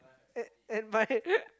at at my